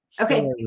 okay